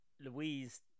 Louise